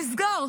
נסגר.